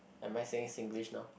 am I saying Singlish now